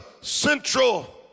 central